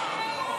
לא.